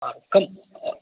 और और